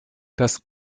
das